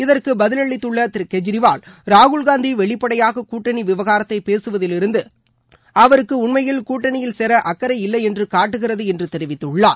இதற்கு பதிலளித்துள்ள திரு கெஜ்ரிவால் ராகுல்காந்தி வெளிப்படையாக கூட்டணி விவகாரத்தை பேசுவதிலிருந்து அவருக்கு உண்மையில் கூட்டணியில் சேர அக்கரை இல்லை என்று காட்டுகிறது என்று தெரிவித்துள்ளார்